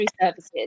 services